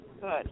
Good